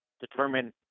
determine